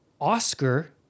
Oscar